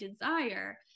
desire